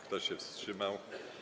Kto się wstrzymał?